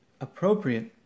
appropriate